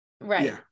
Right